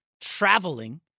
traveling